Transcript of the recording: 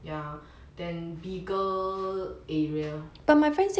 ya then bigger area